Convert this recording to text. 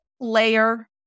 layer